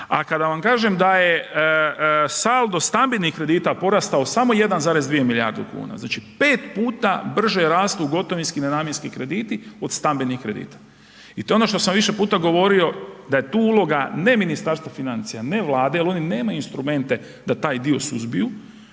a kada vam kažem da je saldo stambenih kredita porastao samo 1,2 milijarde kuna. Znači 5 puta brže rastu gotovinski nenamjenski krediti od stambenih kredita i to je ono što sam više puta govorio da je tu uloga ne Ministarstva financija, ne vlade, jer oni nemaju instrumente da taj dio suzbiju,